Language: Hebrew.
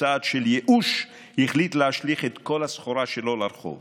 ובצעד של ייאוש החליט להשליך את כל הסחורה שלו לרחוב.